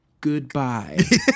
goodbye